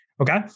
Okay